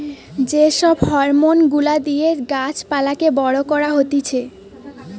যে সব হরমোন গুলা দিয়ে গাছ পালাকে বড় করা হতিছে